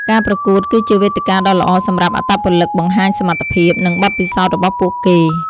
ការប្រកួតគឺជាវេទិកាដ៏ល្អសម្រាប់អត្តពលិកបង្ហាញសមត្ថភាព និងបទពិសោធន៍របស់ពួកគេ។